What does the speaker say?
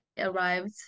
arrived